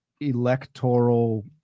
electoral